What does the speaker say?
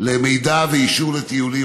למידע ולאישור טיולים.